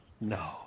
No